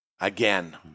Again